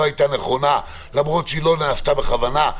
הייתה נכונה למרות שהיא לא נעשתה בכוונה.